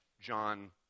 John